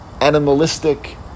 animalistic